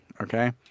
okay